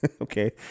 Okay